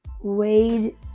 Wade